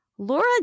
Laura